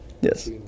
Yes